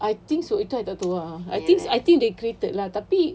I think so itu I tak tahu ah I think I think they created lah tapi